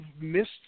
missed